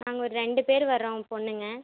நாங்கள் ஒரு ரெண்டு பேரு வரோம் பொண்ணுங்க